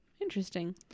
Interesting